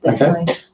Okay